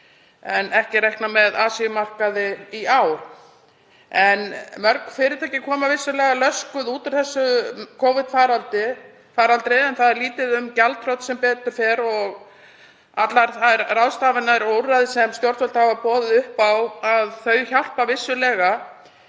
en ekki er reiknað með Asíumarkaði í ár. Mörg fyrirtæki koma vissulega löskuð út úr þessum Covid-faraldri, en það er lítið um gjaldþrot, sem betur fer, og allar þær ráðstafanir og úrræði sem stjórnvöld hafa boðið upp á, hjálpa vissulega.